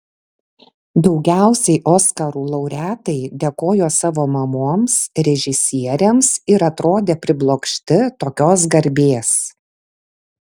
daugiausiai oskarų laureatai dėkojo savo mamoms režisieriams ir atrodė priblokšti tokios garbės